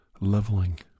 leveling